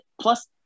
plus